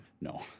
No